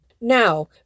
Now